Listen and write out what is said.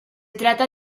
trata